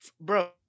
bro